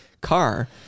car